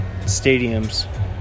Stadiums